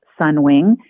Sunwing